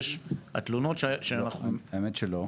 התלונות שפונים אליי מהתקשורת --- האמת שלא.